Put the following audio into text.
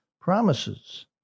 promises